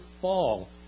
fall